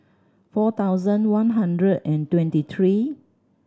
four thousand one hundred and twenty three